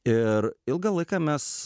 ir ilgą laiką mes